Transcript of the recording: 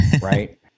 Right